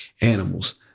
animals